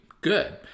good